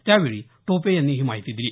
त्यावेळी टोपे यांनी ही माहिती दिली